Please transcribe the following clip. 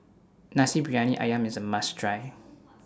Nasi Briyani Ayam IS A must Try